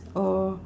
or